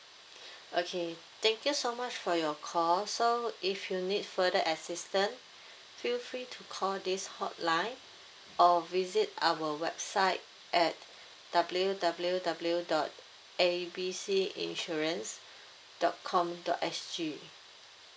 okay thank you so much for your call so if you need further assistance feel free to call this hotline or visit our website at W W W dot A B C insurance dot com dot S G